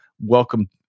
welcome